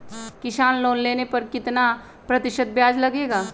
किसान लोन लेने पर कितना प्रतिशत ब्याज लगेगा?